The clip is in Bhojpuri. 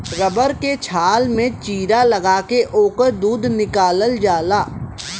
रबर के छाल में चीरा लगा के ओकर दूध निकालल जाला